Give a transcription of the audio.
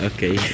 Okay